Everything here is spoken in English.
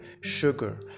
sugar